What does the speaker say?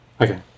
Okay